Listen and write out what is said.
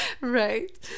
right